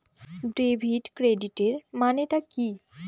Debit ক্রেডিটের মানে টা কি?